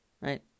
Right